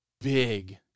big